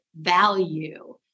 value